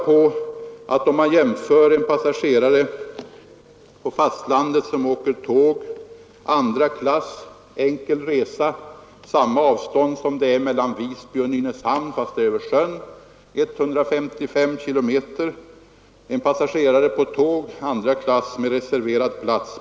En passagerare på fastlandet som åker tåg andra klass enkel resa med reserverad plats samma sträcka som mellan Visby och Nynäshamn, 155 km, betalar i dag 38 kronor.